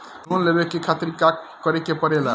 Loan लेवे के खातिर का करे के पड़ेला?